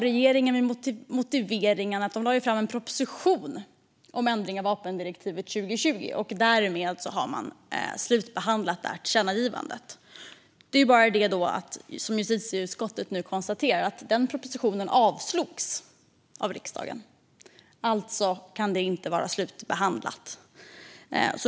Regeringen har motiveringen att den lade fram en proposition om ändring av vapendirektivet 2020, och därmed har man slutbehandlat tillkännagivandet. Det är bara det, som justitieutskottet nu konstaterar, att den propositionen avslogs av riksdagen. Alltså kan detta inte vara slutbehandlat.